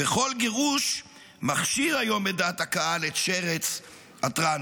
וכל גירוש מכשיר היום בדעת הקהל את שרץ הטרנספר".